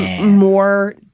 more